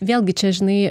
vėlgi čia žinai